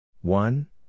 one